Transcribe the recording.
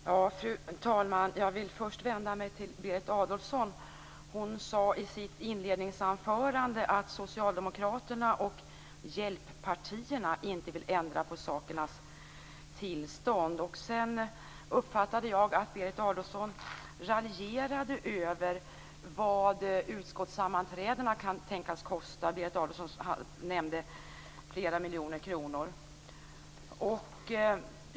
Fru talman! Jag vill först vända mig till Berit Adolfsson. Hon sade i sitt inledningsanförande att socialdemokraterna och "hjälppartierna" inte vill ändra på sakernas tillstånd. Jag uppfattade att Berit Adolfsson raljerade över vad utskottssammanträdena kan tänkas kosta. Berit Adolfsson nämnde flera miljoner kronor.